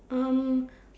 um